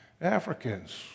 Africans